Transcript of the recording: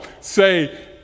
say